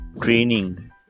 training